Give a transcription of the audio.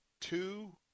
two